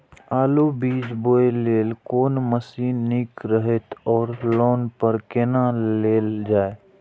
आलु बीज बोय लेल कोन मशीन निक रहैत ओर लोन पर केना लेल जाय?